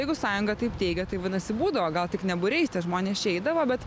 jeigu sąjunga taip teigia tai vadinasi būdavo gal tik ne būriais tie žmonės čia eidavo bet